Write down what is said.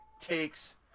takes